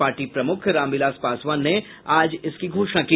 party प्रमुख रामविलास पासवान ने आज इसकी घोषणा की